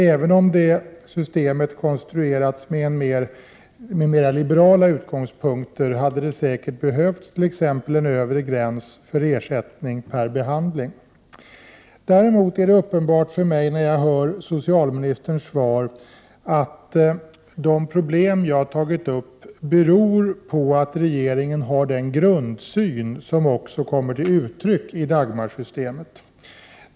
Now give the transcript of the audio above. Även om det systemet konstruerats från mer liberala utgångspunkter hade det säkert behövts t.ex. en övre gräns för ersättning per behandling. Däremot är det uppenbart för mig när jag hör socialministerns svar att de problem som jag har tagit upp beror på att regeringen har den grundsyn som också kommer till uttryck i Dagmarsystemet.